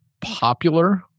popular